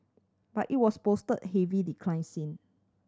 but it was posted heavy decline sin